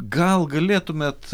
gal galėtumėt